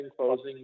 closing